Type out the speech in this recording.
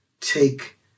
take